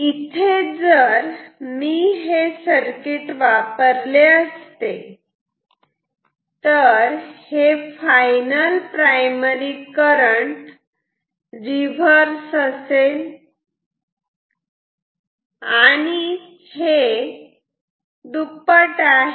इथे जर मी हे सर्किट वापरले असते तर हे फायनल प्रायमरी करंट रिव्हर्स असेल आणि हे दुप्पट आहे